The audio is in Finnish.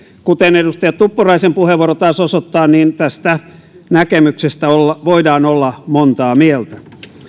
kuten edustaja tuppuraisen puheenvuoro taas osoittaa niin tästä näkemyksestä voidaan olla montaa mieltä